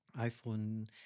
iPhone